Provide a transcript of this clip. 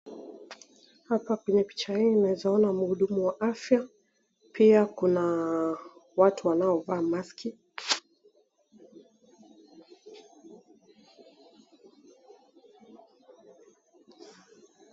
Hapa kwenye picha hii naeza ona mhudumu wa afya, pia kuna watu wanaovaa maski.